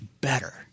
better